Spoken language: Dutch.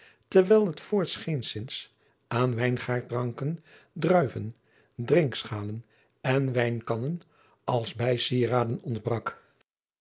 terwijl het voorts geenszins aan wijngaardranken druiven drinkschalen en wijnkannen als bijsieraden ontbrak